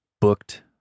booked